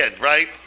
right